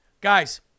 guys